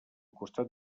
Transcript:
costat